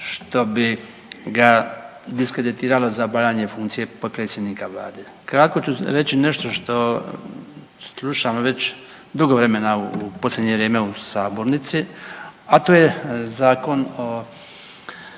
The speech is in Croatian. što bi ga diskreditiralo za obavljanje funkcije potpredsjednika vlade. Kratko ću reći nešto što slušam već dugo vremena u posljednje vrijeme u sabornici, a to je Zakon o